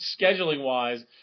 scheduling-wise